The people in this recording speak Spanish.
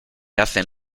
hacen